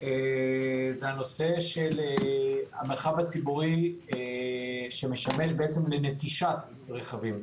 נושא המרחב הציבורי שמשמש לנטישת רכבים.